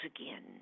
again